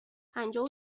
پنجاه